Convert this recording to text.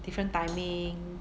different timing